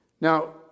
Now